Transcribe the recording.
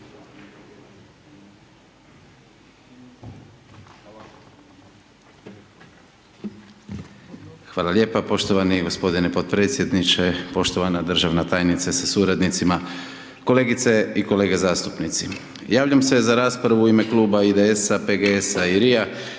Hvala lijepa poštovani g. potpredsjedniče. Poštovana državna tajnice sa suradnicima, kolegice i kolege zastupnici, javljam se za raspravu u ime kluba IDS-PGS-RI-a